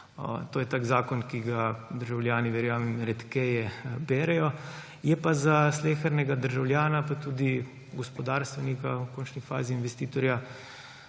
to je tak zakon, ki ga državljani, verjamem, redkeje berejo. Je pa za slehernega državljana pa tudi gospodarstvenika, v končni fazi investitorja